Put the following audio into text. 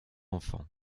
enfant